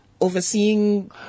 overseeing